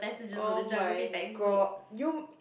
oh-my-god you